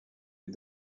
les